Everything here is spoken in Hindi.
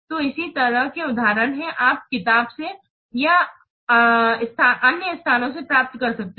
तो इसी तरह के उदाहरण हैं आप किताब से या स्थानों से प्राप्त कर सकते हैं